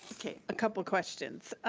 a couple questions.